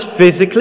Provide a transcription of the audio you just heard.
physically